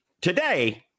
Today